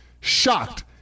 shocked